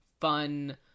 fun